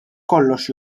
kollox